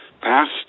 past